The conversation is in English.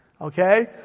Okay